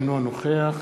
אינו נוכח